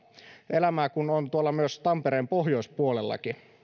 elämää kun on tuolla tampereen pohjoispuolellakin